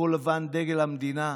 דגל המדינה,